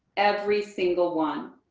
every single one.